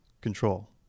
control